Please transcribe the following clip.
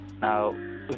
Now